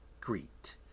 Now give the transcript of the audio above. greet